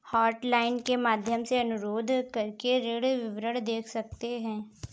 hotline के माध्यम से अनुरोध करके ऋण विवरण देख सकते है